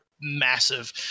massive